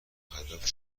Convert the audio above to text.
هدف